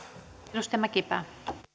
arvoisa